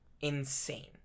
insane